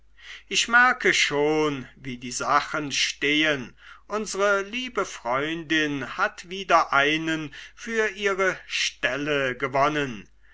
ich merke schon wie die sachen stehen unsre liebe freundin hat wieder einen für ihre ställe gewonnen